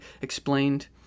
explained